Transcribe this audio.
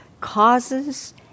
causes